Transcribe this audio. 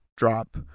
Drop